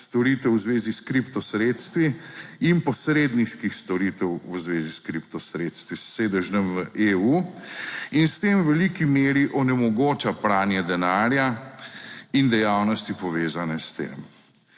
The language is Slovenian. storitev v zvezi skripto sredstvi in posredniških storitev v zvezi s kriptosredstvi s sedežem v EU in s tem v veliki meri onemogoča pranje denarja in dejavnosti povezane s tem.